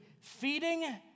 feeding